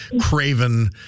craven